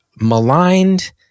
maligned